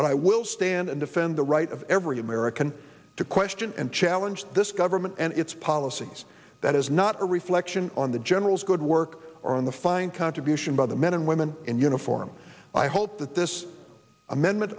but i will stand and defend the right of every american to question and challenge this government and its policies that is not a reflection on the general's good work or on the fine contribution by the men and women in uniform i hope that this amendment